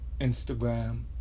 Instagram